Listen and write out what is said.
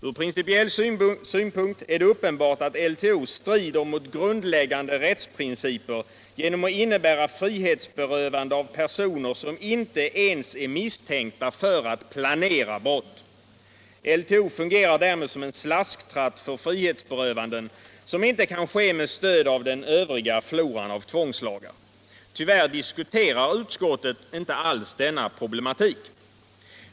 Från principiell synpunkt är det uppenbart att lagen om tillfälligt omhändertagande strider mot grundläggande rältsprinciper genom att innebära frihetsberövande för personer som inte ens är misstänkta för att planera brott. LTO fungerar därmed som en slasktratt för frihetsberövanden som inte kan ske med stöd av den övriga floran av tvångslagar. Tyvärr diskuterar utskottet inte alls denna problematik.